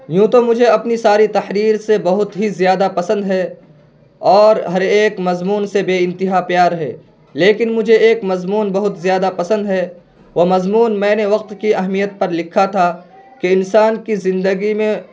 یوں تو مجھے اپنی ساری تحریر سے بہت ہی زیادہ پسند ہے اور ہر ایک مضمون سے بے انتہا پیار ہے لیکن مجھے ایک مضمون بہت زیادہ پسند ہے وہ مضمون میں نے وقت کی اہمیت پر لکھا تھا کہ انسان کی زندگی میں